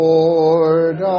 Lord